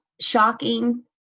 shocking